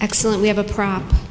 excellent we have a prop